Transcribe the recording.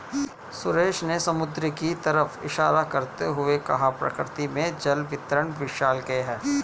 सुरेश ने समुद्र की तरफ इशारा करते हुए कहा प्रकृति में जल वितरण विशालकाय है